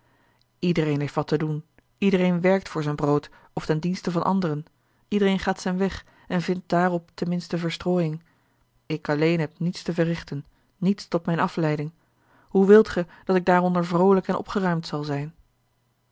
iedereen heeft wat te doen iedereen werkt voor zijn brood of ten dienste van anderen iedereen gaat zijn weg en vindt daarop ten minste verstrooiing ik alleen heb niets te verrichten niets tot mijne afleiding hoe wilt gij dat ik daaronder vroolijk en opgeruimd zal zijn